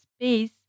space